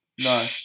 No